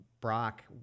Brock